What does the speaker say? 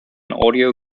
audio